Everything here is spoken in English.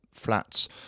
Flats